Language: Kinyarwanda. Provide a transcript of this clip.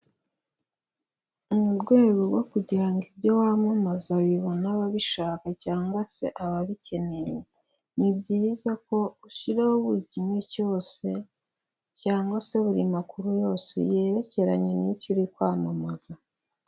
Mu rwego rwo kugira ngo ibyo wamamaza bibone ababishaka cyangwa se ababikeneye, ni byiza ko ushyiraho buri kimwe cyose cyangwa se buri makuru yose yerekeranye n'icyo uri kwamamaza.